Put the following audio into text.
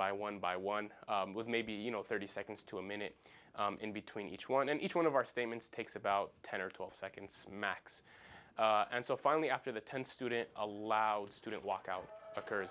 by one by one with maybe you know thirty seconds to a minute in between each one and each one of our statements takes about ten or twelve seconds max and so finally after the ten student allowed student walkout occurs